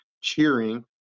cheering